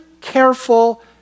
careful